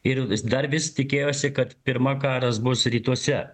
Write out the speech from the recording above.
ir dar vis tikėjosi kad pirma karas bus rytuose